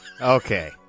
Okay